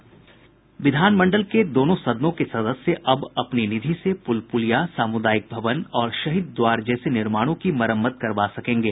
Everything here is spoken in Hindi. विधानमंडल के दोनों सदनों के सदस्य अब अपनी निधि से पुल पुलिया सामुदायिक भवन और शहीद द्वार जैसे निर्माणों की मरम्मत करवा सकेंगे